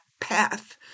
path